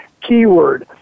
keyword